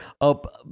up